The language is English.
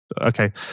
Okay